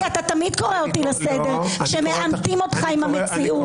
אתה תמיד קורא אותי לסדר כשמעמתים אותך עם המציאות,